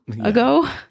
ago